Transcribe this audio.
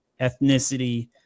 ethnicity